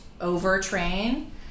over-train